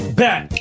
back